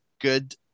good